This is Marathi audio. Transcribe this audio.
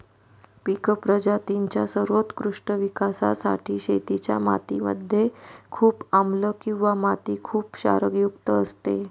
पिक प्रजातींच्या सर्वोत्कृष्ट विकासासाठी शेतीच्या माती मध्ये खूप आम्लं किंवा माती खुप क्षारयुक्त असते